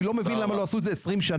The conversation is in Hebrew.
אני לא מבין למה לא עשו את זה במשך 20 שנה.